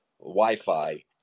Wi-Fi